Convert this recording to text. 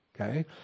Okay